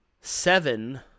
seven